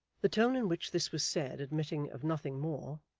the tone in which this was said admitting of nothing more,